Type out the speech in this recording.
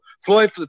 Floyd